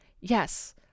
Yes